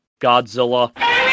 Godzilla